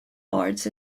arts